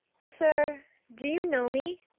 sir, do you know me?